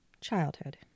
childhood